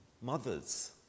mothers